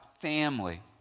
family